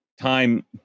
time